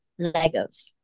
Legos